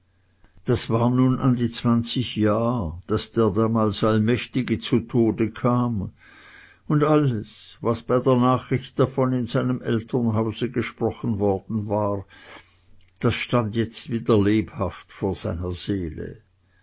das war nun an die zwanzig jahr daß der damals allmächtige zu tode kam und alles was bei der nachricht davon in seinem elternhause gesprochen worden war das stand jetzt wieder lebhaft vor seiner seele